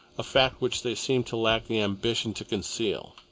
a fact which they seemed to lack the ambition to conceal.